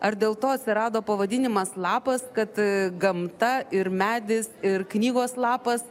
ar dėl to atsirado pavadinimas lapas kad gamta ir medis ir knygos lapas